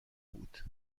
بود